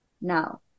Now